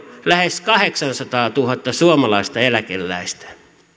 lähes kahdeksansataatuhatta suomalaista eläkeläistä